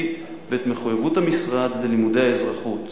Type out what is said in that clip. ואת מחויבות המשרד ללימודי האזרחות.